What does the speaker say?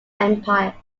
empire